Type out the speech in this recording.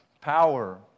power